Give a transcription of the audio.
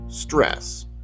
stress